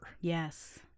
Yes